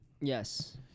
Yes